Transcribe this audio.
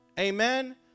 Amen